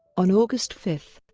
on august five,